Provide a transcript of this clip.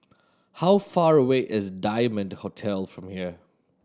how far away is Diamond Hotel from here